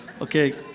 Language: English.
okay